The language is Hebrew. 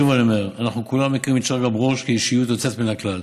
שוב אני אומר: אנחנו כולנו מכירים את שרגא ברוש כאישיות יוצאת מן הכלל.